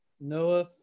Noah